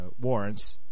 warrants